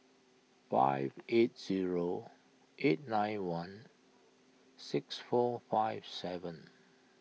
five eight zero eight nine one six four five seven